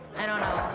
i don't know.